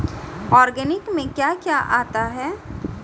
Organic में क्या क्या आता है?